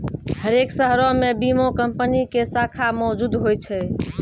हरेक शहरो मे बीमा कंपनी के शाखा मौजुद होय छै